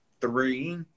three